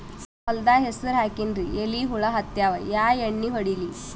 ಹೊಲದಾಗ ಹೆಸರ ಹಾಕಿನ್ರಿ, ಎಲಿ ಹುಳ ಹತ್ಯಾವ, ಯಾ ಎಣ್ಣೀ ಹೊಡಿಲಿ?